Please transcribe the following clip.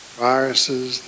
viruses